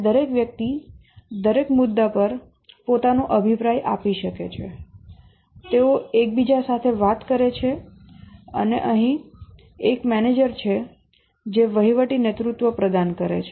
દરેક વ્યક્તિ દરેક મુદ્દા પર પોતાનો અભિપ્રાય આપી શકે છે તેઓ એકબીજા સાથે વાત કરે છે અને અહીં એક મેનેજર છે જે વહીવટી નેતૃત્વ પ્રદાન કરે છે